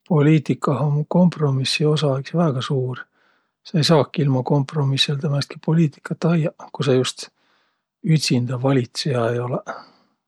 Poliitikah um kompromissi osa iks väega suur. Sa ei saaki ilma kompromisseldä määnestki poliitikat ajjaq, ku sa just ütsindävalitsõja ei olõq.